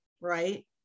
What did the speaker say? right